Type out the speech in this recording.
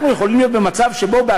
אני